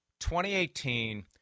2018